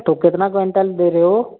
तो कितना क्विंटल दे रहे हो